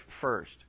first